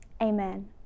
Amen